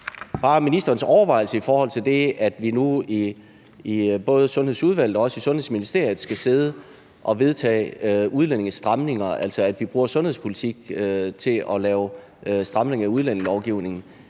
holdning og overvejelse i forhold til det, at vi nu i både Sundhedsudvalget og også i Sundhedsministeriet skal sidde og vedtage udlændingestramninger, altså at vi bruger sundhedspolitik til at lave en stramning af udlændingelovgivningen,